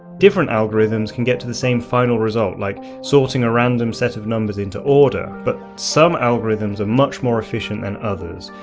different algorithms can get to the same final result, like sorting a random set of numbers into order, but some algorithms are much more efficient than others,